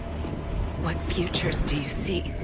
like futures do you see?